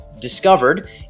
discovered